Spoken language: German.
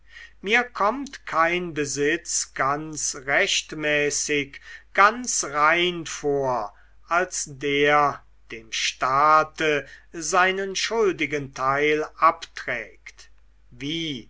mir kommt kein besitz ganz rechtmäßig ganz rein vor als der dem staate seinen schuldigen teil abträgt wie